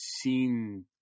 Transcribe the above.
seen